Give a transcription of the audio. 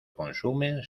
consumen